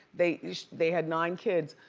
they they had nine kids,